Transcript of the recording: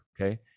Okay